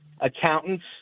accountants